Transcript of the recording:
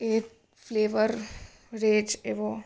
એ જ ફ્લેવર રહે જ એવો